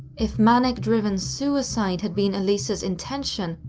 if manic-driven suicide had been elisa's intention,